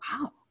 wow